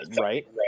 right